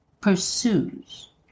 pursues